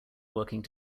working